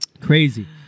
Crazy